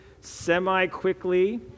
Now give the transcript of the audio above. semi-quickly